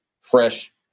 fresh